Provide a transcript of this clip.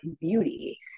beauty